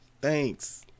Thanks